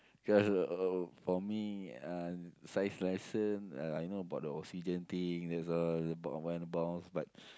because uh for me uh science lesson uh I know about the oxygen thing that's all but